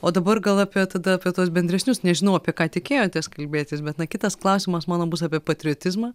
o dabar gal apie tada apie tuos bendresnius nežinau apie ką tikėjotės kalbėtis bet na kitas klausimas mano bus apie patriotizmą